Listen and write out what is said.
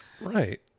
Right